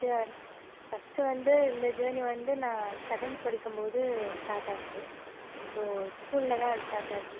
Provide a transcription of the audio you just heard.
sure first வந்து இந்த journey வந்து நான் செவன்த் படிக்கும்போது ஸ்டாட்டாச்சு ஸோ ஸ்கூல்ல தான் அது ஸ்டாட்டாச்சு